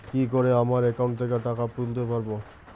কি করে আমার একাউন্ট থেকে টাকা তুলতে পারব?